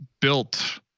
built